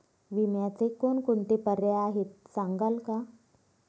विम्याचे कोणकोणते पर्याय आहेत सांगाल का?